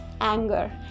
anger